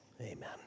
amen